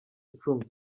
cumi